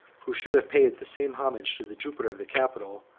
who should have paid the same homage to the jupiter of the capitol,